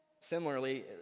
similarly